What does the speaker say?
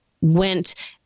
went